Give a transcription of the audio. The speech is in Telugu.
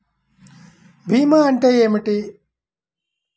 భీమా అంటే ఏమిటి?